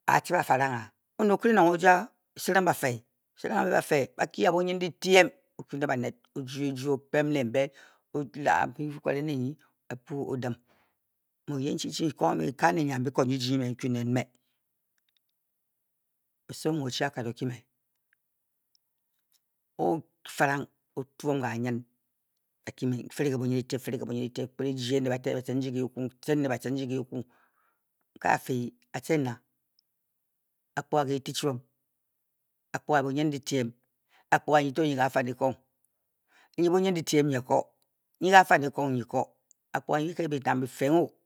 A-a tcib a farangha oned okire nang o-jija siring bafe siring bafe ambe ba kye bunyin dyitiem, o-kwu ne baned o-juo ejwo o-pem ne mbe mbi bi kware ne nyi o-bwu o-dim. mme oyen chi n-kan enyianbiko mbi jyi mbyi mme n-kyu nyin nen mmee oso mu o-chu akad o-kye me o o farang o-twom ka nyi ba kye me n-fire ke bunyindyitiem, n-fire ke bunyindyiteim, n-kped e jye ne baten batein ji ke kwu, n-tcen ne batcin ji ke kwu ke a fii a a tcen nna? Akpuga ki ti chwom akpuga bunyindyitiem, Akpuga nyi to nyi ke afanikong nyi bunyindyitiem nyi ko nyi a farikong nyi ko Akpuga nyi bike tang bi feegho